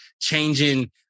changing